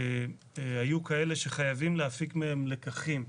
היו כאלה שחייבים להפיק מהם לקחים.